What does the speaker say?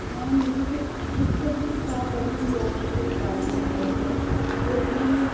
में मिगी कोई इक अद्धी कताब पढ़ी दी होग कोई ट्रांस्लेट वर्जन उब्भी